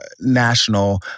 national